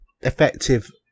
effective